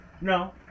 No